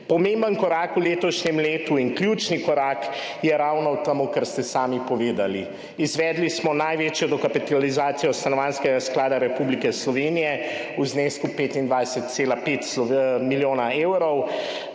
Pomemben korak v letošnjem letu in ključni korak je ravno to, kar ste sami povedali, izvedli smo največjo dokapitalizacijo Stanovanjskega sklada Republike Slovenije v znesku 25,5 milijona evrov.